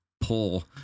pull